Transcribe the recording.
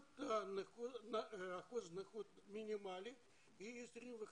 אחוז הנכות המינימלי מ-25